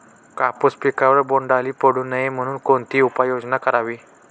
कापूस पिकावर बोंडअळी पडू नये म्हणून कोणती उपाययोजना करावी?